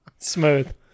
Smooth